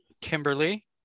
kimberly